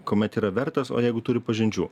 kuomet yra vertas o jeigu turi pažinčių